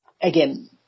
again